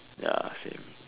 ya same